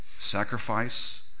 sacrifice